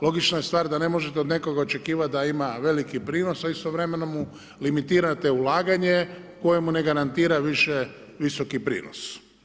Logična je stvar da ne možete od nekoga očekivati da ima veliki prinos a istovremeno mu limitirate ulaganje kojemu ne garantira više visoki prinos.